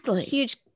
huge